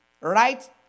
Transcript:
right